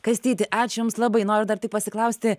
kastyti ačiū jums labai noriu dar taip pasiklausti